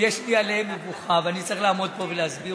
שיש לי עליהם מבוכה ואני צריך לעמוד פה ולהסביר